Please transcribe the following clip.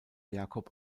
jakob